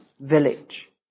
village